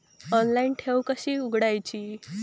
Online ठेव कशी उघडायची?